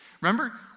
Remember